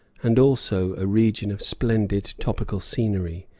and also a region of splendid tropical scenery,